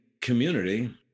community